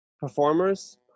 performers